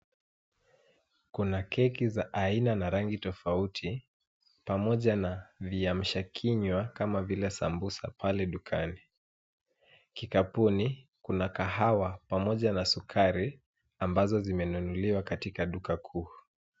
Kuna keki za aina na rangi tofauti pamoja na viamsha kinywa kama vile sambusa pale dukani. Kikapuni kuna kahawa pamoja na sukari ambazo zimenunuliwa katika duka kuu.